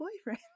boyfriend